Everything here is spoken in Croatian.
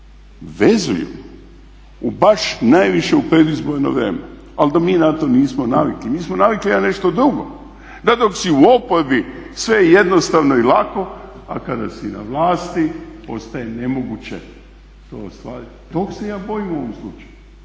vezuju u baš najviše u predizborno vrijeme, ali da mi na to nismo navikli. Mi smo navikli na nešto drugo da dok si u oporbi sve je jednostavno i lako a kada si na vlasti postaje nemoguće to ostvariti. Tog se ja bojim u ovom slučaju